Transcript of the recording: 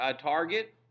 target